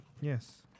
Yes